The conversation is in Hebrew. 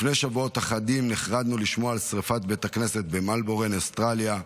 לפני שבועות אחדים נחרדנו לשמוע על שריפת בית הכנסת במלבורן אוסטרליה.